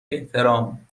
احترام